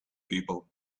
people